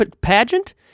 Pageant